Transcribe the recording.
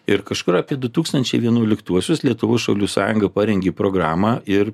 ir kažkur apie du tūkstančiai vienuoliktuosius lietuvos šaulių sąjunga parengė programą ir